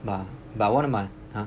but but one of my !huh!